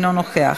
אינו נוכח,